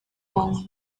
own